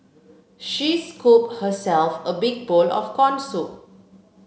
she scooped herself a big bowl of corn soup